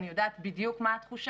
אני יודעת בדיוק מה התחושה,